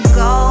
go